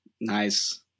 nice